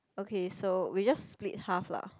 okay so we just split half lah